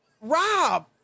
Rob